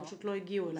הם פשוט לא הגיעו אליך.